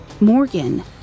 Morgan